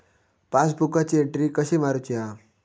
पासबुकाची एन्ट्री कशी मारुची हा?